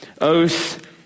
oath